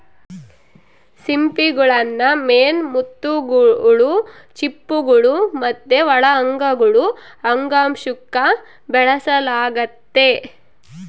ಸಿಂಪಿಗುಳ್ನ ಮೇನ್ ಮುತ್ತುಗುಳು, ಚಿಪ್ಪುಗುಳು ಮತ್ತೆ ಒಳ ಅಂಗಗುಳು ಅಂಗಾಂಶುಕ್ಕ ಬೆಳೆಸಲಾಗ್ತತೆ